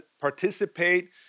participate